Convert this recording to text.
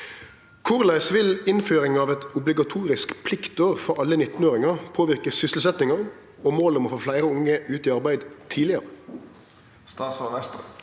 Korleis vil innføring av eit obligatorisk pliktår for alle 19-åringar påverke sysselsetjinga og målet om å fleire unge ut i arbeid tidlegare?»